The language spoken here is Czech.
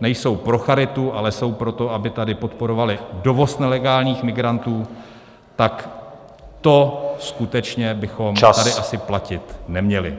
nejsou pro charitu, ale jsou pro to, aby tady podporovaly dovoz nelegálních migrantů upozornění na čas), tak to skutečně bychom tady asi platit neměli.